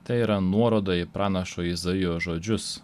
tai yra nuoroda į pranašo izaijo žodžius